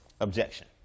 Objection